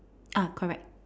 ah correct